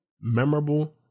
memorable